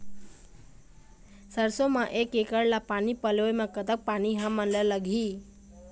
सरसों म एक एकड़ ला पानी पलोए म कतक पानी हमन ला लगही?